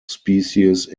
species